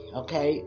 okay